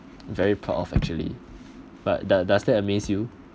very proud of actually but does does that amaze you